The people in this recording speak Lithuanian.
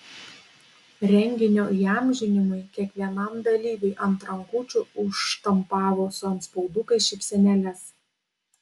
renginio įamžinimui kiekvienam dalyviui ant rankučių užštampavo su antspaudukais šypsenėles